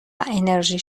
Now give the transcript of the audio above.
انرژی